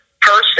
person